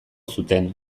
zuten